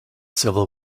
civil